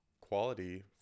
quality